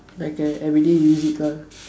like a everyday use it ah